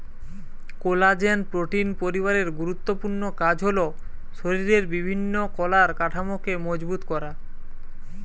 collagen protein পরিবারের গুরুত্বপূর্ণ কাজ হল শরিরের বিভিন্ন কলার কাঠামোকে মজবুত করা